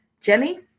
Jenny